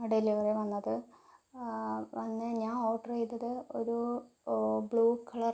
delivery വന്നത് അന്ന് ഞാൻ ഓർഡർ ചെയ്തത് ഒരു ബ്ലൂ കളർ